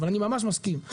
אני ממש מסכים,